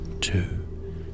two